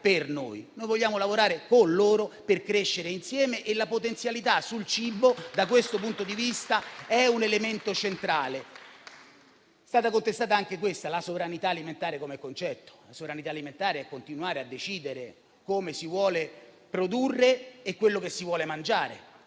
per noi: noi vogliamo lavorare con loro per crescere insieme e la potenzialità sul cibo da questo punto di vista è un elemento centrale. È stata contestata anche la sovranità alimentare come concetto. Ma la sovranità alimentare consiste nel continuare a decidere come si vuole produrre e quello che si vuole mangiare: